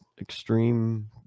extreme